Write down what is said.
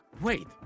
wait